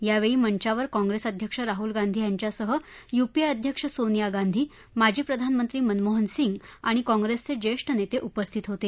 यावेळी मंचावर काँग्रेस अध्यक्ष राहूल गांधी यांच्यासह यूपीए अध्यक्ष सोनिया गांधी माजी प्रधानमंत्री मनमोहन सिंग आणि कॉंग्रेसचे ज्येष्ठ नेते उपस्थित होते